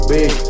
Big